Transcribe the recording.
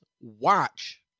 watch